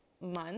month